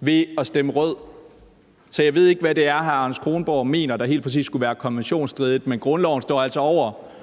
ved at stemme rødt. Så jeg ved ikke, hvad det er, hr. Anders Kronborg helt præcist mener skulle være konventionsstridigt. Men grundloven står altså over